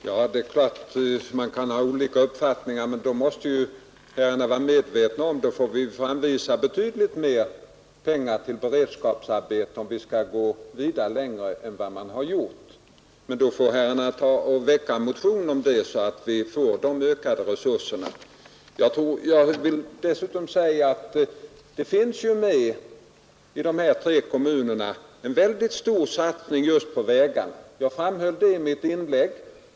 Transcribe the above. Herr talman! Man kan givetvis ha olika uppfattningar i detta fall; det måste herrarna vara medvetna om, Och om vi skall gå vida längre än vi här gjort, så får vi anvisa betydligt mer pengar till beredskapsarbeten, och då får herrarna väcka en motion om det, så att vi får de ökade resurserna härför. Dessutom vill jag säga att de tre kommunerna finns med i den mycket stora satsning just på vägarna som gjorts i detta område. Det framhöll jag i mitt förra inlägg.